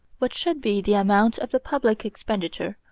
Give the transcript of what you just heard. what should be the amount of the public expenditure,